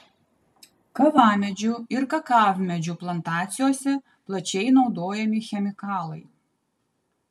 kavamedžių ir kakavmedžių plantacijose plačiai naudojami chemikalai